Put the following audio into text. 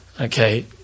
Okay